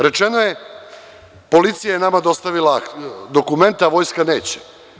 Rečeno je – policija je nama dostavila dokumenta, a vojska neće.